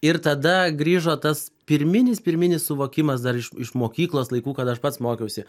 ir tada grįžo tas pirminis pirminis suvokimas dar iš iš mokyklos laikų kada aš pats mokiausi